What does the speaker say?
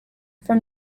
from